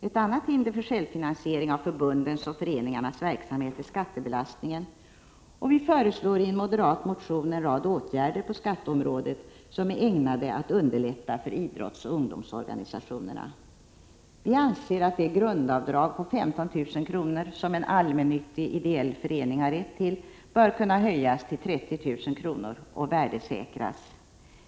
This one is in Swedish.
Ett annat hinder för självfinansiering av förbundens och föreningarnas verksamhet är skattebelastningen, och vi föreslår i en moderat motion en rad åtgärder på skatteområdet som är ägnade att underlätta för idrottsoch ungdomsorganisationerna. Vi anser att det grundavdrag på 15 000 kr. som en allmännyttig ideell förening har rätt till bör kunna höjas till 30 000 kr. och värdesäkras.